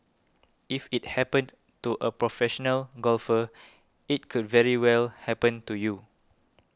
if it happened to a professional golfer it could very well happen to you